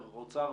צוות,